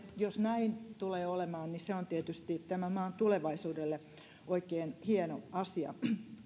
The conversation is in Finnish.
jos näin tulee olemaan niin se on tietysti tämän maan tulevaisuudelle oikein hieno asia